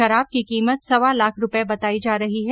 शराब की कीमत सवा लाख रूपए बतायी जा रही है